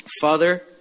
Father